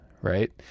right